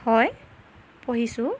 হয় পঢ়িছোঁ